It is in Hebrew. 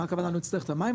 מה הכוונה לא נצטרך את המים,